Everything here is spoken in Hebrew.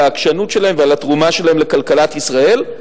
העקשנות שלהם ועל התרומה שלהם לכלכלת ישראל,